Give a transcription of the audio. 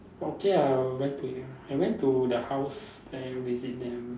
okay ah I went to the I went to the house and visit them